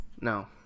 No